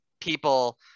people